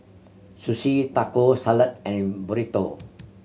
Sushi Taco Salad and Burrito